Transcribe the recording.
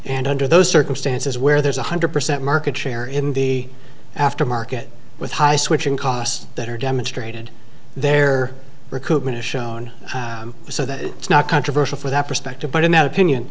and under those circumstances where there's one hundred percent market share in the aftermarket with high switching costs that are demonstrated their recruitment is shown so that it's not controversial for that perspective but i'm out opinion